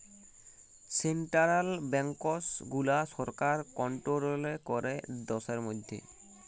central banks গুলা সরকার control ক্যরে দ্যাশের ম্যধে